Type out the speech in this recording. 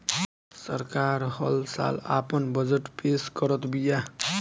सरकार हल साल आपन बजट पेश करत बिया